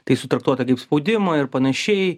tai sutraktuota kaip spaudima ir panašiai